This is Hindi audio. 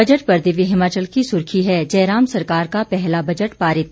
बजट पर दिव्य हिमाचल की सुर्खी है जयराम सरकार का पहला बजट पारित